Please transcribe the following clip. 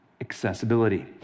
Accessibility